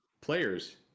players